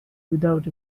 without